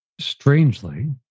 Strangely